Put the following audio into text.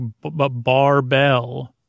barbell